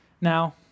Now